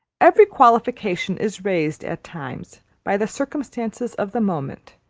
every qualification is raised at times, by the circumstances of the moment,